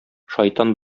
шайтан